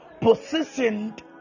positioned